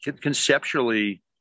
conceptually